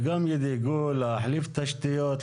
וגם ידאגו להחליף תשתיות,